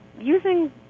using